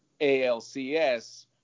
ALCS